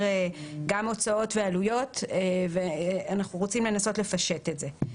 גם הוצאות ועלויות ואנחנו רוצים לנסות לפשט את זה.